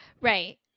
Right